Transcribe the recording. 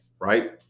right